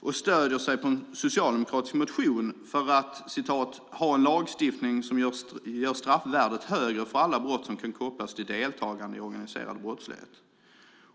och stöder sig på en socialdemokratisk motion, för att "ha en lagstiftning som gör straffvärdet högre för alla brott som kan kopplas till deltagande i organiserad brottslighet".